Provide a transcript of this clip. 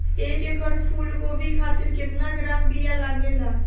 एक एकड़ फूल गोभी खातिर केतना ग्राम बीया लागेला?